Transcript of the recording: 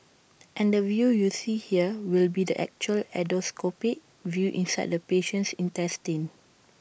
and the view you see here will be the actual endoscopic view inside the patient's intestines